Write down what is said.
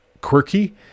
quirky